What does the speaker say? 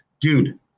Dude